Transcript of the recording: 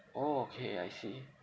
orh okay I see